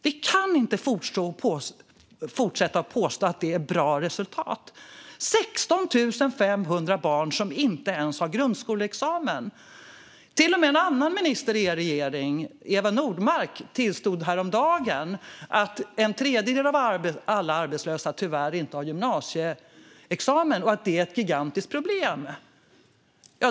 Vi kan inte fortsätta att påstå att det är bra resultat när 16 500 barn inte ens har grundskoleexamen. En annan minister i er regering, Eva Nordmark, tillstod häromdagen att en tredjedel av alla arbetslösa tyvärr inte har gymnasieexamen och att det är ett gigantiskt problem.